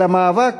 אבל המאבק,